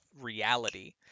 reality